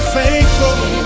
faithful